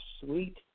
sweet